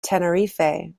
tenerife